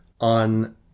on